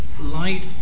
light